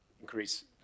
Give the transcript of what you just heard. increase